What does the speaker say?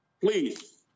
Please